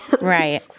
Right